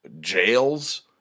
jails